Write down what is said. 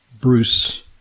Bruce